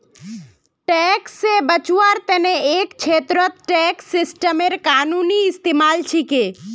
tax से बचवार तने एक छेत्रत टैक्स सिस्टमेर कानूनी इस्तेमाल छिके